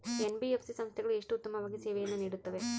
NBFC ಸಂಸ್ಥೆಗಳು ಎಷ್ಟು ಉತ್ತಮವಾಗಿ ಸೇವೆಯನ್ನು ನೇಡುತ್ತವೆ?